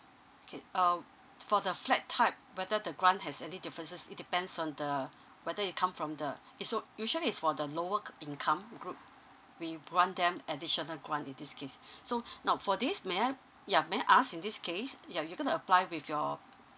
okay um for the flat type whether the grant has any differences it depends on the whether it come from the it's so~ it's usually for the lower income group we want them additional grant in this case so now for this may I yeah may I ask in this case yeah you gonna apply with your